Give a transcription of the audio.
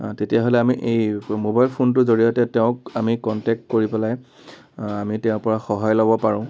তেতিয়াহ'লে আমি এই ম'বাইল ফোনটোৰ জৰিয়তে তেওঁক আমি কন্টেক কৰি পেলাই আমি তেওঁৰপৰা সহায় ল'ব পাৰোঁ